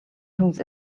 whose